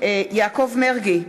יעקב מרגי,